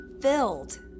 filled